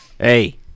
Hey